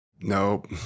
Nope